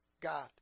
God